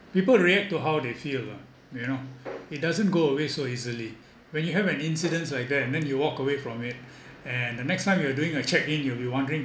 people react to how they feel ah you know it doesn't go away so easily when you have an incidents like that and then you walk away from it and the next time you are doing a check-in you'll be wondering